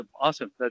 Awesome